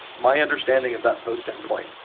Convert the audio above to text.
my understanding of that post endpoint,